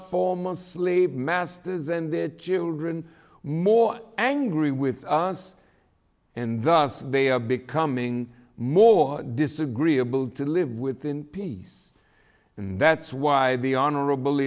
foremost slave masters and their children more angry with us and thus they are becoming more disagreeable to live with in peace and that's why the honorable